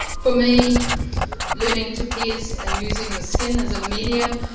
for me learning to pierce and using the skin as a medium,